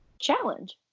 challenge